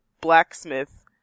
blacksmith